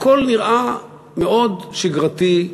הכול נראה מאוד שגרתי,